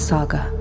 Saga